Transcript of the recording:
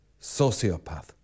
sociopath